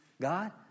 God